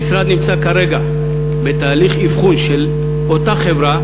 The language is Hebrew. המשרד נמצא כרגע בתהליך אבחון של אותה חברה,